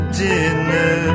dinner